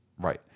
Right